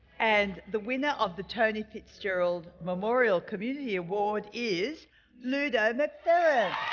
and the winner of the tony fitzgerald memorial community award is ludo mcfern.